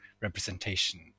representation